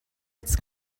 its